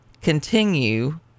continue